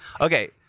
Okay